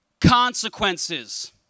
consequences